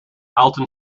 alton